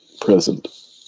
present